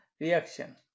reaction